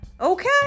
okay